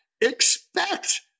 Expect